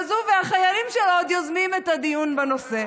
ואז הוא והחיילים שלו עוד יוזמים את הדיון בנושא.